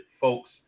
folks